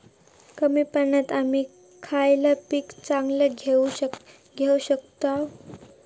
कमी पाण्यात आम्ही खयला पीक चांगला घेव शकताव?